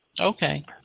Okay